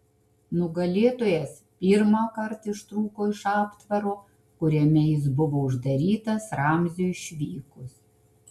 nugalėtojas pirmąkart ištrūko iš aptvaro kuriame jis buvo uždarytas ramziui išvykus